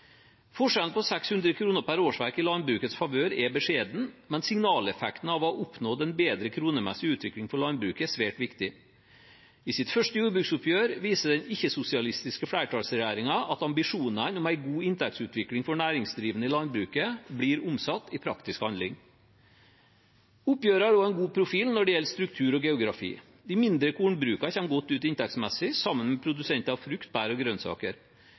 Forskjellen på 600 kr per årsverk i landbrukets favør er beskjeden, men signaleffekten av å ha oppnådd en bedre kronemessig utvikling for landbruket er svært viktig. I sitt første jordbruksoppgjør viser den ikke-sosialistiske flertallsregjeringen at ambisjonene om en god inntektsutvikling for næringsdrivende i landbruket blir omsatt i praktisk handling. Oppgjøret har også en god profil når det gjelder struktur og geografi. De mindre kornbrukene kommer godt ut inntektsmessig sammen med produsenter av frukt, bær og grønnsaker.